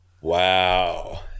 Wow